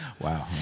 Wow